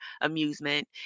amusement